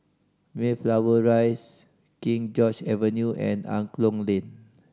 Mayflower Rise King George Avenue and Angklong Lane